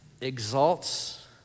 exalts